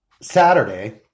Saturday